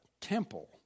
temple